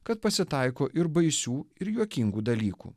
kad pasitaiko ir baisių ir juokingų dalykų